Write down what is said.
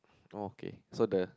don't okay so the